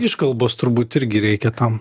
škalbos turbūt irgi reikia tam